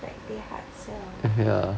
like they hard sell